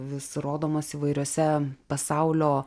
vis rodomos įvairiuose pasaulio